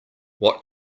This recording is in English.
what